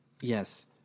Yes